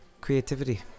creativity